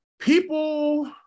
People